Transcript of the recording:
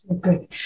Good